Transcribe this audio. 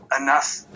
enough